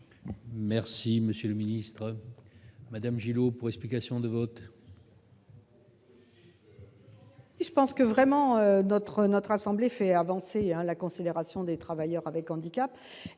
Merci monsieur le ministre, Madame Gillot pour explication de vote.